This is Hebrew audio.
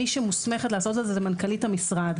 מי שמוסמכת לעשות את זה היא מנכ"לית המשרד.